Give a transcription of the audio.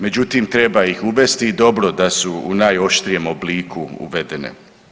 Međutim, treba ih uvesti i dobro da su u najoštrijem obliku uvedene.